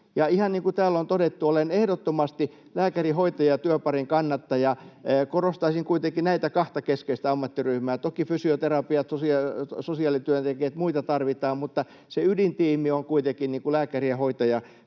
kuin täällä on todettu, olen ehdottomasti lääkäri—hoitaja-työparin kannattaja. Korostaisin kuitenkin näitä kahta keskeistä ammattiryhmää. Toki fysioterapeutteja, sosiaalityöntekijöitä, muita tarvitaan, mutta se ydintiimi on kuitenkin lääkäri—hoitaja‑työpari.